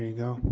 yeah go.